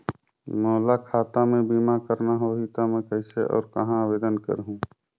मोला खाता मे बीमा करना होहि ता मैं कइसे और कहां आवेदन करहूं?